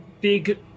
big